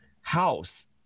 house